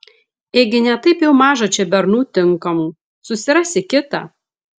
ėgi ne taip jau maža čia bernų tinkamų susirasi kitą